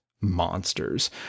monsters